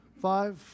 Five